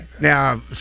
Now